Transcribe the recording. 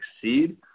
succeed